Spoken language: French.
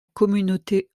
communauté